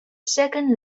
second